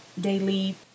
daily